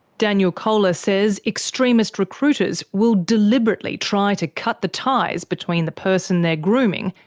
daniel koehler says extremist recruiters will deliberately try to cut the ties between the person they're grooming,